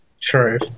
True